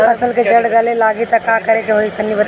फसल के जड़ गले लागि त का करेके होई तनि बताई?